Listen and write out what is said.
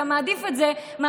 אתה מעדיף את זה מאשר,